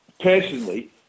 personally